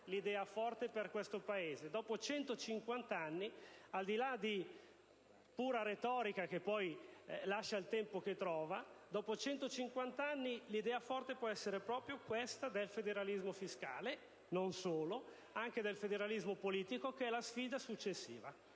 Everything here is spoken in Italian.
l'idea forte per questo Paese. Dopo 150 anni, al di là di pura retorica, che poi lascia il tempo che trova, l'idea forte può essere proprio questa del federalismo fiscale e, non solo: anche del federalismo politico, che è la sfida successiva.